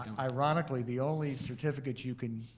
ironically, the only certificate you can,